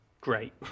great